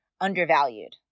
undervalued